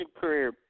career